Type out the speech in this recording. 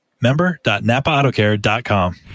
member.napaautocare.com